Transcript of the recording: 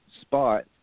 spot